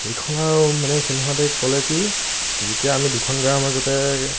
সেইখন আৰু মানে সিদিনা সিহঁতে ক'লে কি যেতিয়া আমি দুখন গাঁৱৰ মাজতে